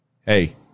Hey